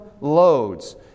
loads